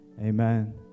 amen